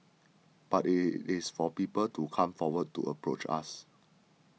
but it it is for people to come forward to approach us